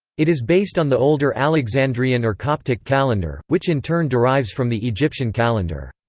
it is based on the older alexandrian or coptic calendar, which in turn derives from the egyptian calendar.